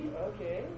Okay